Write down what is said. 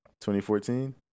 2014